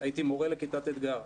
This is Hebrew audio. אני מורה להסטוריה.